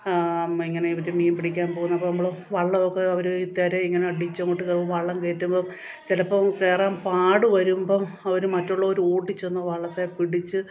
ഇങ്ങനെ മറ്റേ മീൻ പിടിക്കാൻ പോകുന്ന പോകുമ്പോഴോ വള്ളം ഒക്കെ അവർ ഈ തിരയിങ്ങനെ അടിച്ച് അങ്ങോട്ടു കയറുമ്പോൾ വള്ളം കയറ്റുമ്പോൾ ചിലപ്പോൾ കയറാൻ പാട് വരുമ്പം അവർ മറ്റുള്ളവർ ഓടിച്ചെന്നു വള്ളത്തിൽ പിടിച്ച്